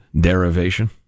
derivation